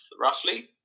roughly